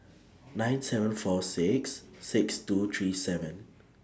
nine seven four six six two three seven